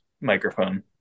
microphone